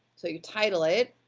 so you title it.